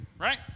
Right